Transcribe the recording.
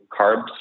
carbs